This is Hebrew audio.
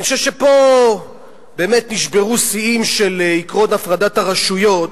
אני חושב שפה באמת נשברו שיאים של עקרון הפרדת הרשויות,